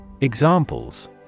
Examples